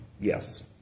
Yes